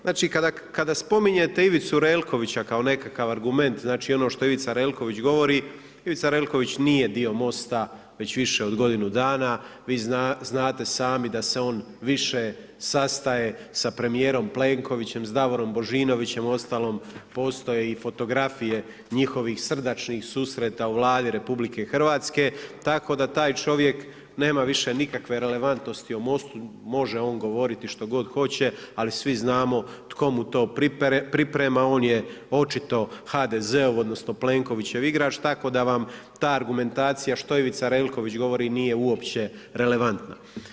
Znači kada spominjete Ivicu Relkovića kao nekakav argument, znači ono što Ivica Relković govori, Ivica Relković nije dio MOST-a već više od godinu dana, vi znate sami da se on više sastaje sa premijerom Plenkovićem, sa Davorom Božinovićem, uostalom postoje i fotografije njihovih srdačnih susreta u Vladi RH, tako da taj čovjek nema više nikakve relevantnosti u MOST-u, može on govoriti što god hoće ali svi znam tko mu to priprema, on je očito HDZ-ov odnosno Plenkovićev igrač, tako da vam ta argumentacija što je Ivica Relković govori, nije uopće relevantna.